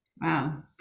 Wow